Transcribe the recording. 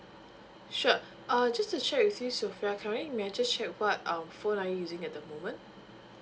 sure uh just to check with you sofea can I may I just check what um phone are you using at the moment